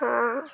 ହଁ